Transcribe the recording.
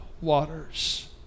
waters